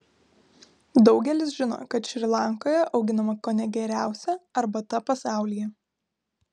daugelis žino kad šri lankoje auginama kone geriausia arbata pasaulyje